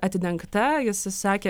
atidengta jis sakė